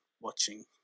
watching